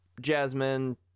Jasmine